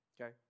okay